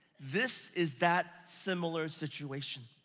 this is that similar situation.